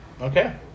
okay